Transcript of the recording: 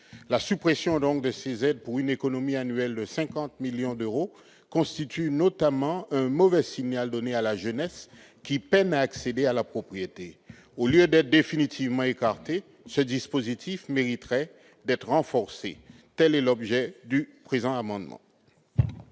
La suppression de ces aides pour une économie annuelle de 50 millions d'euros est, notamment, un mauvais signal donné à la jeunesse, qui peine à accéder à la propriété. Au lieu d'être définitivement écarté, ce dispositif mériterait d'être renforcé. L'amendement